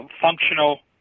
functional